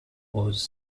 was